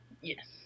Yes